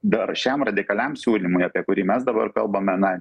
dar šiam radikaliam siūlymui apie kurį mes dabar kalbame na